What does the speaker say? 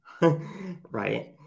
right